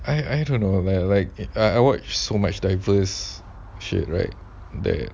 I I don't know leh like I I watch so much diverse shit right there